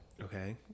Okay